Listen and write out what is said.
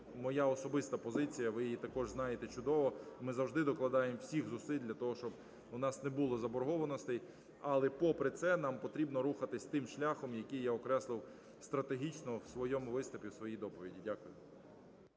моя особиста позиція, ви її також знаєте чудо, ми завжди докладаємо всіх зусиль для того, щоб у нас не було заборгованостей. Але попри це нам потрібно рухатись тим шляхом, який я окреслив стратегічно в своєму виступі, в своїй доповіді. Дякую.